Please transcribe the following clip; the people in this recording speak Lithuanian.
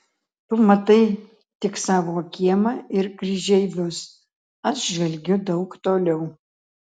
tu matai tik savo kiemą ir kryžeivius aš žvelgiu daug toliau